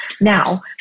Now